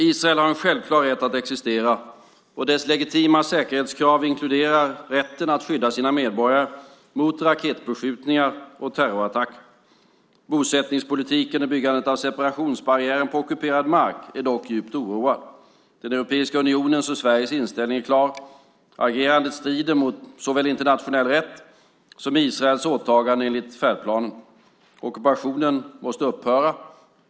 Israel har en självklar rätt att existera, och dess legitima säkerhetskrav inkluderar rätten att skydda sina medborgare mot raketbeskjutningar och terrorattacker. Bosättningspolitiken och byggandet av separationsbarriären på ockuperad mark är dock djupt oroande. Europeiska unionens och Sveriges inställning är klar: Agerandet strider mot såväl internationell rätt som Israels åtaganden enligt färdplanen. Ockupationen måste upphöra.